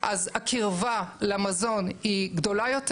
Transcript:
אז הקרבה למזון היא גדולה יותר.